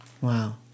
Wow